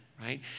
right